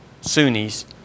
Sunnis